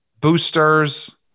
boosters